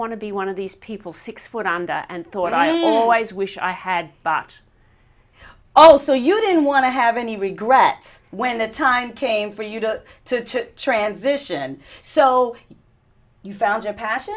want to be one of these people six foot and i thought i always wish i had bought also you didn't want to have any regrets when the time came for you to transition so you found your passion